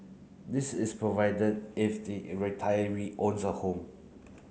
this is provided if the retiree owns a home